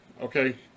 okay